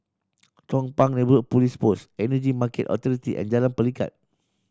Chong Pang Neighbourhood Police Post Energy Market Authority and Jalan Pelikat